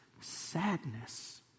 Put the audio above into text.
sadness